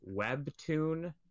webtoon